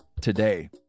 today